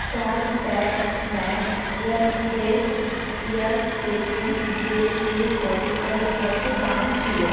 চার pack max air fresh clear fragrance gel এর গতকাল কতো দাম ছিলো